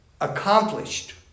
Accomplished